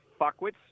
fuckwits